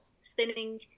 spinning